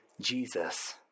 Jesus